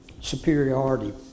superiority